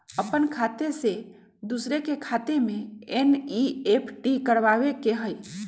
अपन खाते से दूसरा के खाता में एन.ई.एफ.टी करवावे के हई?